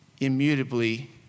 immutably